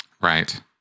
Right